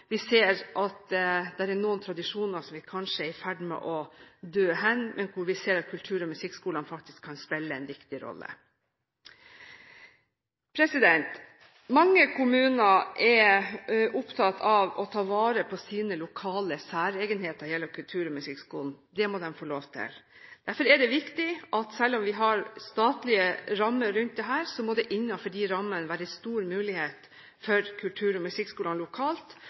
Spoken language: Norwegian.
vi også på denne måten ta vare på små kunst- og kulturuttrykk og noen tradisjoner som er i ferd med å dø hen, men hvor vi ser at musikk- og kulturskolene faktisk kan spille en viktig rolle. Mange kommuner er opptatt av å ta vare på sine lokale særegenheter gjennom musikk- og kulturskolen. Det må de få lov til. Derfor er det viktig at selv om vi har statlige rammer rundt dette, må det innenfor de rammene være stor mulighet for musikk- og kulturskolene lokalt